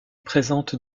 présente